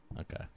Okay